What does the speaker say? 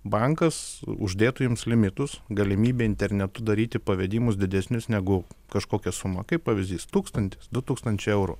bankas uždėtų jums limitus galimybę internetu daryti pavedimus didesnius negu kažkokią sumą kaip pavyzdys tūkstantis du tūkstančiai eurų